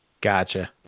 Gotcha